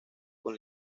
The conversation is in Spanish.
con